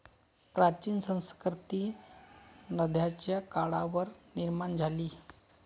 प्राचीन संस्कृती नद्यांच्या काठावर निर्माण झाली